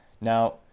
Now